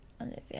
Olivia